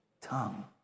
tongue